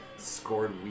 scored